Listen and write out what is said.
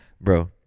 Bro